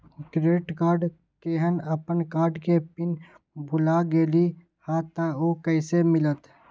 Credit card केहन अपन card के पिन भुला गेलि ह त उ कईसे मिलत?